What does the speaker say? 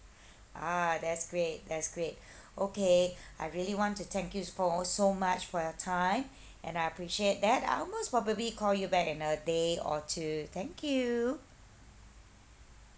ah that's great that's great okay I really want to thank you for so much for your time and I appreciate that I will most probably call you back in a day or two thank you